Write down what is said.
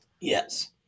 Yes